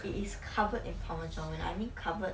it is covered in parmesan I mean covered